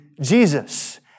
Jesus